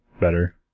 better